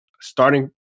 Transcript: starting